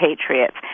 Patriots